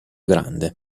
grande